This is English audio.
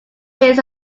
lives